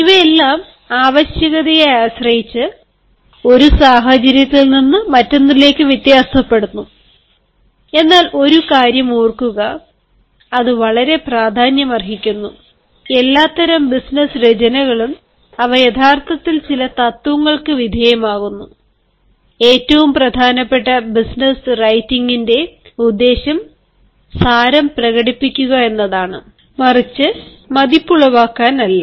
ഇവയെല്ലാം ആവശ്യകതയെ ആശ്രയിച്ച് ഒരു സാഹചര്യത്തിൽ നിന്ന് മറ്റൊന്നിലേക്ക് വ്യത്യാസപ്പെടുന്നു എന്നാൽ ഒരു കാര്യം ഓർക്കുക അത് വളരെ പ്രാധാന്യമർഹിക്കുന്നു എല്ലാത്തരം ബിസിനസ്സ് രചനകളും അവ യഥാർത്ഥത്തിൽ ചില തത്വങ്ങൾക്കു വിധേയമാകുന്നു ഏറ്റവും പ്രധാനപ്പെട്ട ബിസിനസ്സ് റൈറ്റിംഗിന്റെ ഉദ്ദേശ്യം സാരം പ്രകടിപ്പിക്കുന്നതിനാണ് മതിപ്പുളവാക്കാനല്ല